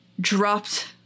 dropped